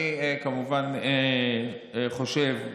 אני כמובן חושב,